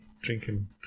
drinking